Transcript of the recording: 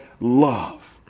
love